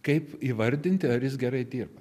kaip įvardinti ar jis gerai dirba